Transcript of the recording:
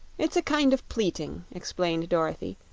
it's a kind of pleating, explained dorothy,